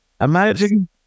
Imagine